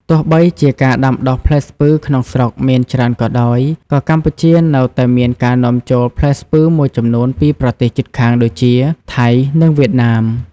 ទោះបីជាការដាំដុះផ្លែស្ពឺក្នុងស្រុកមានច្រើនក៏ដោយ ក៏កម្ពុជានៅតែមានការនាំចូលផ្លែស្ពឺមួយចំនួនពីប្រទេសជិតខាងដូចជា ថៃ និងវៀតណាម។